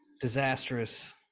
disastrous